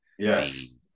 Yes